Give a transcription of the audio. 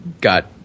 got